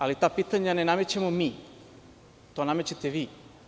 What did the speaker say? Ali, ta pitanja ne namećemo mi, to namećete vi.